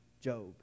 Job